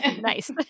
Nice